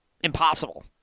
impossible